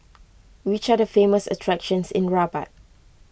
which are the famous attractions in Rabat